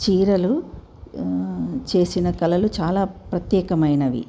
చీరలు చేసిన కళలు చాలా ప్రత్యేకమైనవి